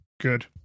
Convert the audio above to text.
good